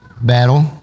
battle